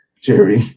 Jerry